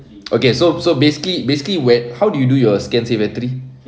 okay so so basically basically where how do you do your scan safe entry